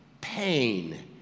pain